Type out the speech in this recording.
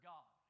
God